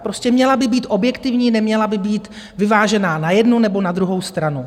Prostě měla by být objektivní, neměla by být vyvážená na jednu nebo na druhou stranu.